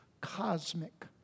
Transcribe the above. cosmic